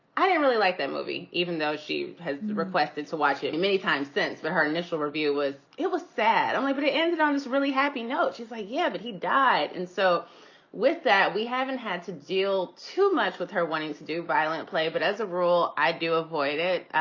i don't really like that movie, even though she has requested to watch it many times since but her initial review was it was sad, um but it ended on this really happy note. she's like, yeah, but he died. and so with that, we haven't had to deal too much with her wanting to do violent play. but as a rule, i do avoid it.